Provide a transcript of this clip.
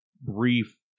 brief